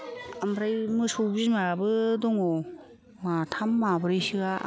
ओमफ्राय मोसौ बिमाबो दङ' माथाम माब्रैसोया आंनाव